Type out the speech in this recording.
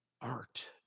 art